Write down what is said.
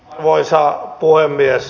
arvoisa puhemies